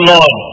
Lord